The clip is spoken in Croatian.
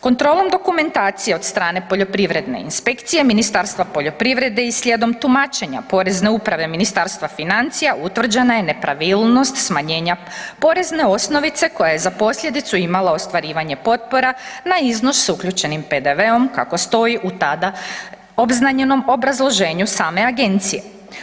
Kontrolom dokumentacije od strane poljoprivredne inspekcije Ministarstva poljoprivrede i slijedom tumačenja Porezne Uprave Ministarstva financija utvrđena je nepravilnost smanjenja porezne osnovice koja je za posljedicu imala ostvarivanje potpora na iznos s uključenim PDV-om kako stoji u tada obznanjenom obrazloženju same agencije.